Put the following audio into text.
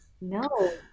no